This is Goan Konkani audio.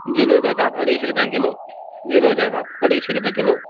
जिलेबी आसात अडेचशीं रुपयांक किलो जिलेबी आसात अडेचशीं रुपया किलो